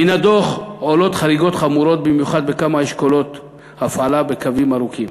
מן הדוח עולות חריגות חמורות במיוחד בכמה אשכולות הפעלה בקווים ארוכים,